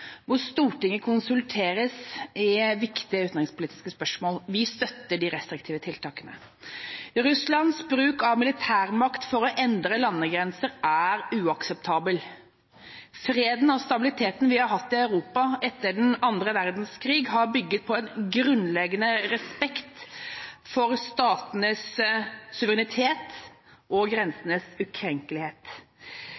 hvor Stortinget konsulteres i viktige utenrikspolitiske spørsmål. Vi støtter de restriktive tiltakene. Russlands bruk av militærmakt for å endre landegrenser er uakseptabel. Freden og stabiliteten vi har hatt i Europa etter den andre verdenskrig, har bygget på en grunnleggende respekt for statenes suverenitet og